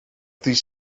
ddydd